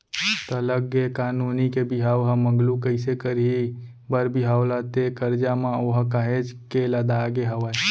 त लग गे का नोनी के बिहाव ह मगलू कइसे करही बर बिहाव ला ते करजा म ओहा काहेच के लदागे हवय